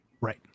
Right